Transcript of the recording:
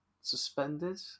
suspended